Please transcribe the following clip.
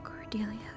Cordelia